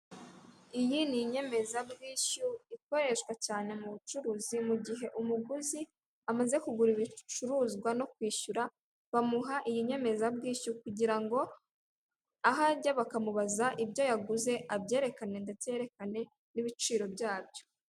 Iyi ni inyemezabwishyu ikoreshwa cyane mu bucuruzi mu gihe umuguzi amaze kugura ibicuruzwa no kwishyura bamuha iyi nyemezabwishyu kugira ngo aha ajya bakamubaza ibyo yaguze abyerekane ndetse yerekane n'ibiciro byabyo.